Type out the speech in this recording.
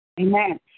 Amen